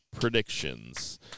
predictions